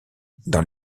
dans